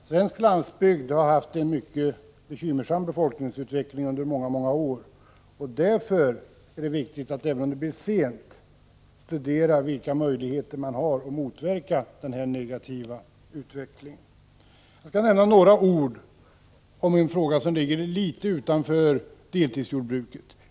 Herr talman! Svensk landsbygd har haft en mycket bekymmersam befolkningsutveckling under många år. Därför är det viktigt, även om vi nu är sent ute, att studera vilka möjligheter vi har att motverka denna negativa utveckling. Jag skall säga några ord om en sak som ligger litet utanför frågan om deltidsjordbruket.